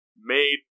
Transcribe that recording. made